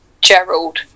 Gerald